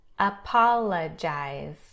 Apologize